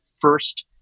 first